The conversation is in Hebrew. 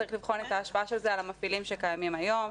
צריך לבחון את ההשפעה של זה על המפעילים שקיימים היום.